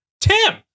tim